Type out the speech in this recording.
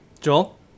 Joel